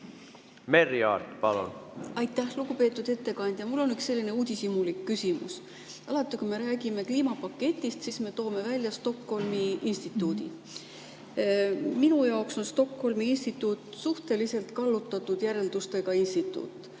instituuti? Aitäh! Lugupeetud ettekandja! Mul on üks selline uudishimulik küsimus. Alati, kui me räägime kliimapaketist, siis me toome välja Stockholmi instituudi. Minu jaoks on Stockholmi instituut suhteliselt kallutatud järeldustega instituut.